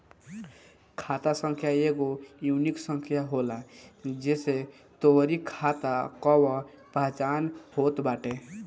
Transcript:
खाता संख्या एगो यूनिक संख्या होला जेसे तोहरी खाता कअ पहचान होत बाटे